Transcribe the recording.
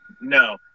No